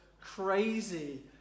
crazy